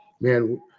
Man